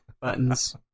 Buttons